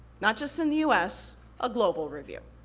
not just in the u s, a global review.